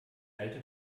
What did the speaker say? alte